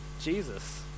Jesus